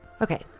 okay